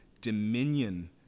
dominion